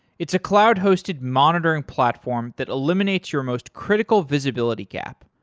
it's a cloud hosted monitoring platform that eliminates your most critical visibility gap,